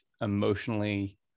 emotionally